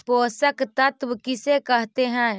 पोषक तत्त्व किसे कहते हैं?